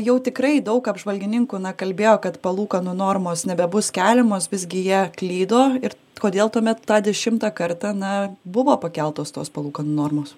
jau tikrai daug apžvalgininkų na kalbėjo kad palūkanų normos nebebus keliamos visgi jie klydo ir kodėl tuomet tą dešimtą kartą na buvo pakeltos tos palūkanų normos